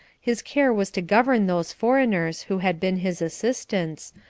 his care was to govern those foreigners who had been his assistants,